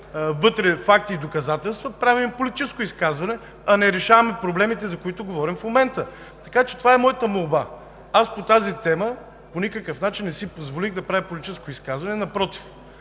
факти и доказателства вътре, правим политическо изказване, а не решаваме проблемите, за които говорим в момента. Това е моята молба. По тази тема по никакъв начин не си позволих политическо изказване, напротив